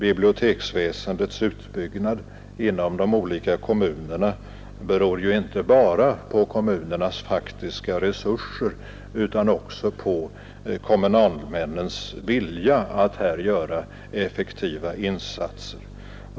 Biblioteksväsendets utbyggnad inom de olika kommunerna beror ju inte bara på kommunernas faktiska resurser utan också på kommunalmännens vilja att göra effektiva insatser.